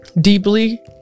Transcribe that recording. deeply